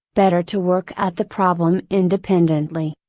better to work out the problem independently,